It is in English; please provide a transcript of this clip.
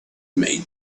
made